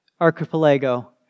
archipelago